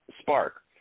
spark